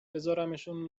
بزارمشون